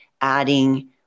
adding